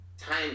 Time